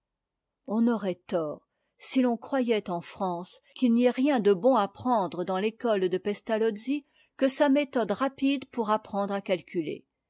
on aurait tort si l'on croyait en france qu'il n'y a rien de bon à prendre dans i'ëco e de pestalozzi que sa méthode rapide pour apprendre à calculer